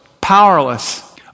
powerless